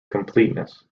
completeness